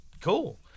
cool